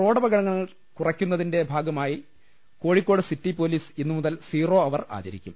റോഡപകടങ്ങൾ കുറയ്ക്കുന്നതിന്റെ ഭാഗമായി കോഴിക്കോട് സിറ്റിപൊലീസ് ഇന്നുമുതൽ സീറോ അവർ ആചരിക്കും